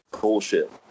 bullshit